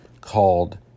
called